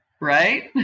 right